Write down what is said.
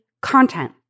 content